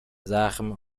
زخم